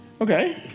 Okay